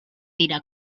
dira